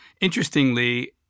Interestingly